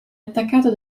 attaccato